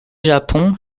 japon